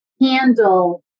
handle